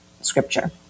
scripture